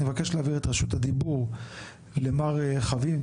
אני רוצה להעביר את רשות הדיבור למר חביב.